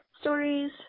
stories